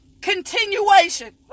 continuation